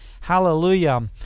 Hallelujah